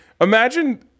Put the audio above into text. Imagine